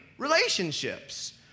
Relationships